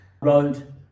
road